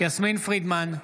יסמין פרידמן,